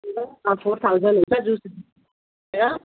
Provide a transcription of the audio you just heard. अँ four thousand हुन्छ जोडेर